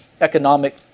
economic